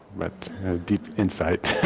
but deep insight.